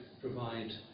provide